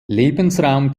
lebensraum